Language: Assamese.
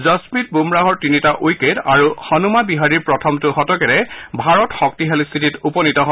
যচপ্ৰীট বুমৰাহৰ তিনিটা উইকেট আৰু হনুমা বিহাৰীৰ প্ৰথমটো শতকেৰে ভাৰত শক্তিশালী স্থিতিত উপনীত হয়